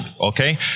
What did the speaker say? Okay